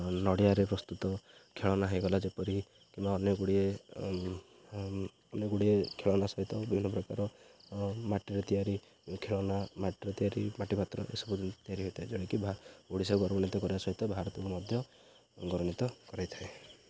ନଡ଼ିଆରେ ପ୍ରସ୍ତୁତ ଖେଳନା ହେଇଗଲା ଯେପରି କିମ୍ବା ଅନେକ ଗୁଡ଼ିଏ ଅନେକ ଗୁଡ଼ିଏ ଖେଳନା ସହିତ ବିଭିନ୍ନ ପ୍ରକାର ମାଟିରେ ତିଆରି ଖେଳନା ମାଟିରେ ତିଆରି ମାଟି ପାତ୍ର ଏସବୁ ତିଆରି ହୋଇଥାଏ ଯେଉଁଟାକି ଓଡ଼ିଶା ଗୌରବାନ୍ୱିତ କରିବା ସହିତ ଭାରତକୁ ମଧ୍ୟ ଗୌରବାନ୍ୱିତ କରାଇଥାଏ